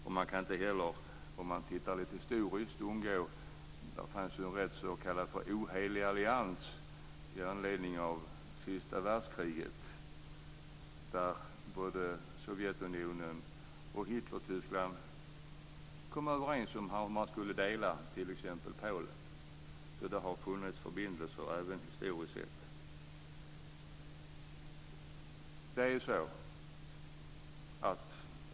Om man tittar på historien kan man inte undgå att se att det fanns en rätt ohelig allians med anledning av senaste världskriget, där Sovjetunionen och Hitlertyskland kom överens om t.ex. hur man skulle dela Polen. Det har alltså funnits förbindelser även historiskt sett.